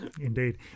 Indeed